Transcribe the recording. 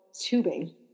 tubing